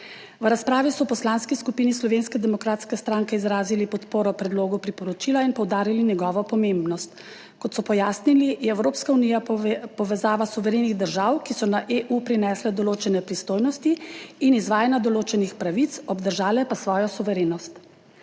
V razpravi so v Poslanski skupini Slovenske demokratske stranke izrazili podporo predlogu priporočila in poudarili njegovo pomembnost. Kot so pojasnili, je Evropska unija povezava suverenih držav, ki so na EU prinesle določene pristojnosti in izvajanja določenih pravic, obdržale pa svojo suverenost.